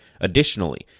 Additionally